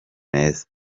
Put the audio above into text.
meza